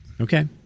Okay